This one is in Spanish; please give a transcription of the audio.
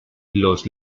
los